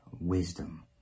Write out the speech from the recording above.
wisdom